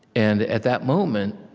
and at that moment,